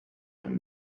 him